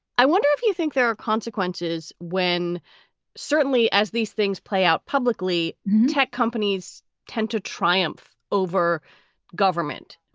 i wonder if you think there are consequences when certainly as these things play out publicly, tech companies tend to triumph over government.